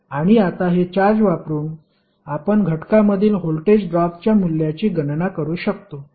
आणि आता हे चार्ज वापरुन आपण घटकामधील व्होल्टेज ड्रॉपच्या मूल्याची गणना करू शकतो